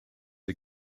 are